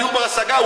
דיור בר-השגה,